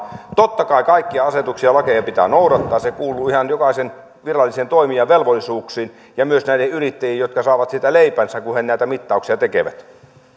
totta kai kaikkia asetuksia ja lakeja pitää noudattaa se kuuluu ihan jokaisen virallisen toimijan velvollisuuksiin ja myös näiden yrittäjien jotka saavat leipänsä siitä kun he näitä mittauksia tekevät